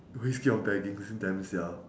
always keep on begging them sia